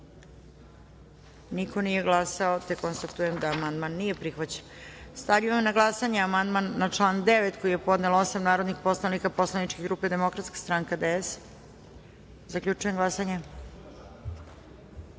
Niko nije glasao. Konstatujem da amandman nije prihvaćen. Stavljam na glasanje amandman na član 9. koji je podnelo osam narodnih poslanika Poslaničke grupe Demokratska stranka - DS.Zaključujem glasanje: